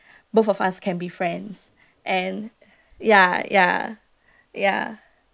both of us can be friends and ya ya ya